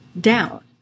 down